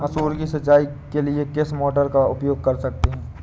मसूर की सिंचाई के लिए किस मोटर का उपयोग कर सकते हैं?